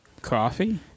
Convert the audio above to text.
Coffee